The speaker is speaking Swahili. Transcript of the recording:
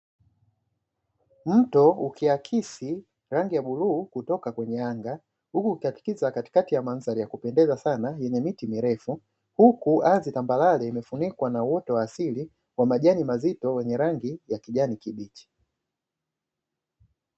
Mto ukiakisi rangi ya bluu kutoka kwenye anga, huku ukikatiza katika mandhari ya kupendeza sana, miti mirefu, huku ardhi tambarare, uoto wa asili wenye majani mazito yenye rangi ya kijani kibichi.